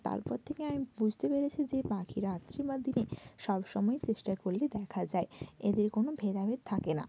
তারপর থেকে আমি বুঝতে পেরেছি যে পাখিরা রাত্রি বা দিনে সব সময়ই চেষ্টা করলেই দেখা যায় এদের কোনো ভেদাভেদ থাকে না